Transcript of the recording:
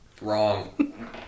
Wrong